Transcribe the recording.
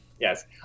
Yes